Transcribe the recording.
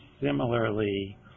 similarly